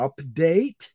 update